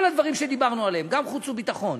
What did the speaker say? כל הדברים שדיברנו עליהם, גם חוץ וביטחון,